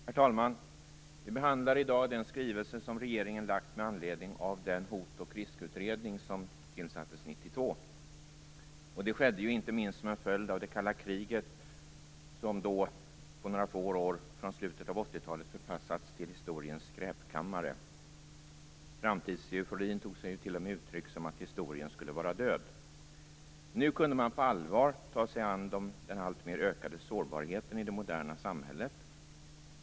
Herr talman! Vi behandlar i dag den skrivelse som regeringen lagt fram med anledning av den hot och riskutredning som tillsattes 1992. Det skedde inte minst som en följd av att det kalla kriget då på några få år från slutet av 80-talet förpassats till historiens skräpkammare. Framtidseuforin tog sig ju t.o.m. sådana uttryck som att historien skulle vara död. Nu kunde man på allvar ta sig an den alltmer ökade sårbarheten i det moderna samhället.